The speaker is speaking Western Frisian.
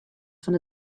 fan